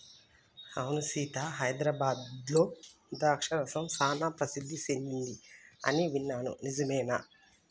అవును సీత హైదరాబాద్లో ద్రాక్ష రసం సానా ప్రసిద్ధి సెదింది అని విన్నాను నిజమేనా